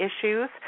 issues